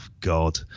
God